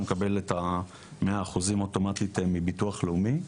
מקבל את ה-100% אוטומטית מהביטוח לאומי.